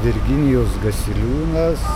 virginijus gasiliūnas